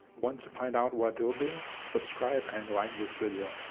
want to find out what it will be? subscribe and like this video.